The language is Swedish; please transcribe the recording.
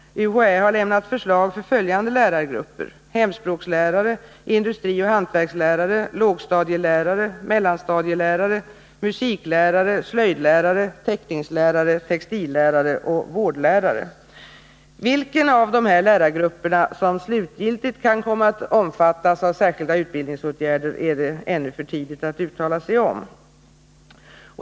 UHÄ har lämnat förslag för följande lärargrupper: hemspråkslärare, industrioch hantverkslärare, lågstadielärare, mellanstadielärare, musiklärare, slöjdlärare, teckningslärare, textillärare och vårdlärare. Vilka av de här lärargrupperna som slutgiltigt kan komma att omfattas av särskilda utbildningsåtgärder är ännu för tidigt att uttala sig om.